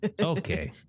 okay